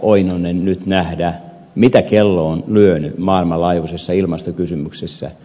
oinonen nyt nähdä mitä kello on lyönyt maailmanlaajuisessa ilmastokysymyksessä